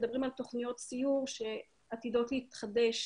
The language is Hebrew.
שמדברים על תוכניות סיור שעתידות להתחדש